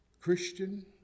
Christian